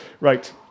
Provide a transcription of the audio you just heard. Right